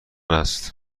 است